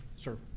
sir.